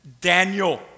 Daniel